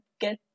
get